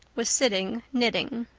was sitting knitting.